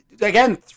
Again